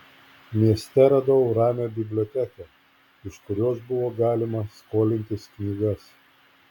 mieste radau ramią biblioteką iš kurios buvo galima skolintis knygas